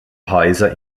häuser